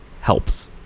helps